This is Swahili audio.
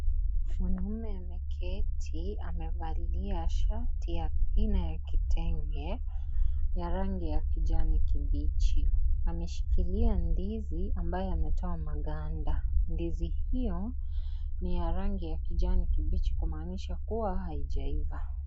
Mwanaume ameketi amevalia shati ya kina ya kitenge ya rangi ya kijani kibichi ameshikilia ndizi ambayo ametoa maganda ndizi hiyo ni ya rangi ya kijani kibichi kumanisha kuwa haijaiva.